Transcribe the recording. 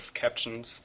captions